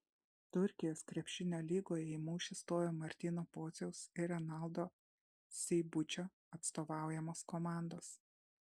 turkijos krepšinio lygoje į mūšį stojo martyno pociaus ir renaldo seibučio atstovaujamos komandos